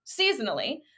seasonally